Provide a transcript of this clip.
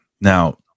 now